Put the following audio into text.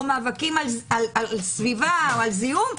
על מאבקים סביבתיים על זיהום,